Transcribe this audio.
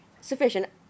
sufficient